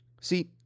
See